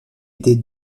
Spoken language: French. était